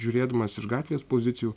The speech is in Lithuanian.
žiūrėdamas iš gatvės pozicijų